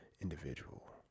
individual